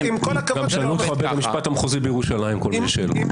גם שאלו אותך בית המשפט המחוזי בירושלים כל מיני שאלות.